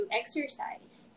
exercise